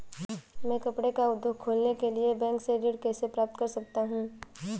मैं कपड़े का उद्योग खोलने के लिए बैंक से ऋण कैसे प्राप्त कर सकता हूँ?